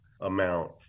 amount